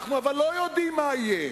אבל אנחנו לא יודעים מה יהיה.